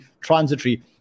transitory